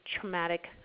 traumatic